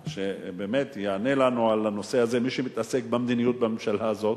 שבאמת יענה לנו על הנושא הזה מי שמתעסק במדיניות בממשלה הזאת,